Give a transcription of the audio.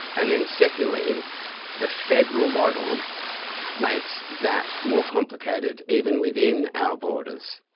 and then secondly the federal model makes that more complicated even within our borders.